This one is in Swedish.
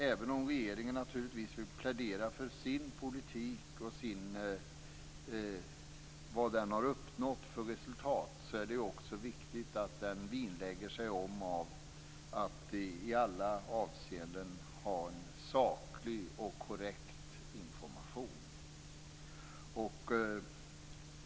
Även om regeringen naturligtvis vill plädera för sin politik och vad den har uppnått för resultat är det också viktigt att den vinnlägger sig om att i alla avseenden ha saklig och korrekt information.